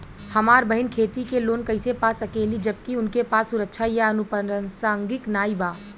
हमार बहिन खेती के लोन कईसे पा सकेली जबकि उनके पास सुरक्षा या अनुपरसांगिक नाई बा?